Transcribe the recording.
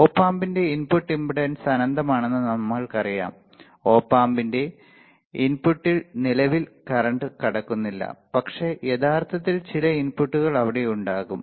op ആമ്പിൻറെ input impedance അനന്തമാണെന്ന് നമ്മൾക്കറിയാം ഓപ് ആമ്പിൻറെ ഇൻപുട്ടിൽ നിലവിൽ കറന്റ് കടക്കുന്നില്ല പക്ഷേ യഥാർത്ഥത്തിൽ ചില ഇൻപുട്ടുകൾ അവിടെ ഉണ്ടാകും